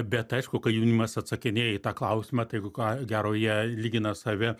bet aišku kai jaunimas atsakinėja į tą klausimą tai ko gero jie lygina save